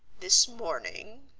this morning,